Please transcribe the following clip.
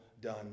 done